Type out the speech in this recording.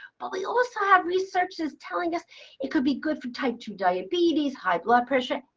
but we also have researchers telling us it could be good for type two diabetes, high blood pressure,